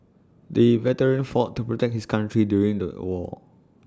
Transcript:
the veteran fought to protect his country during the war